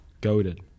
Goaded